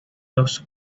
los